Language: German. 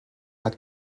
hat